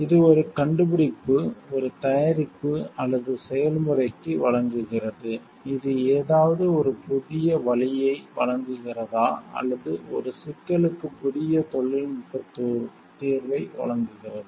இது ஒரு கண்டுபிடிப்பு ஒரு தயாரிப்பு அல்லது செயல்முறைக்கு வழங்குகிறது இது ஏதாவது ஒரு புதிய வழியை வழங்குகிறது அல்லது ஒரு சிக்கலுக்கு புதிய தொழில்நுட்ப தீர்வை வழங்குகிறது